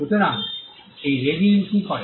সুতরাং এই রেজিম কি করে